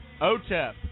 OTEP